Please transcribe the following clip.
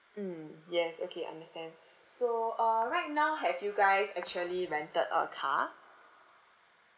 mm yes okay understand so uh right now have you guys actually rented a car